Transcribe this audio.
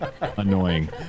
Annoying